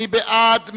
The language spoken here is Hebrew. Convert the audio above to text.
מי בעד?